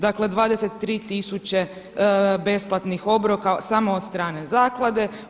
Dakle 23 tisuće besplatnih obroka samo od strane zaklade.